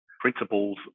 principles